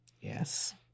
Yes